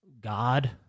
God